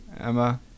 Emma